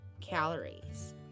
calories